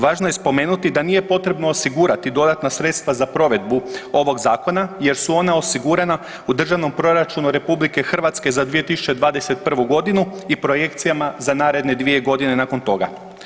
Važno je spomenuti da nije potrebno osigurati dodatna sredstva za provedbu ovog zakona jer su ona osigurana u državnom proračunu RH za 2021. g. i projekcijama za naredne dvije godine nakon toga.